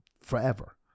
forever